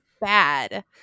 bad